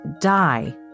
die